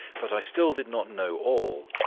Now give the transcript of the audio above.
but i still did not know all.